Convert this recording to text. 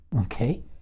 okay